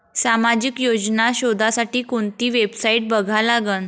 सामाजिक योजना शोधासाठी कोंती वेबसाईट बघा लागन?